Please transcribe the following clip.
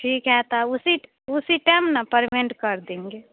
ठीक है तब उसी उसी टेम ना परमेंट कर देंगे